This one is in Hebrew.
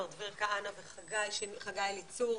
מר דביר כהנא וחגי אליצור,